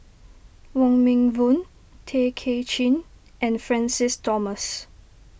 Wong Meng Voon Tay Kay Chin and Francis Thomas